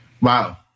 Wow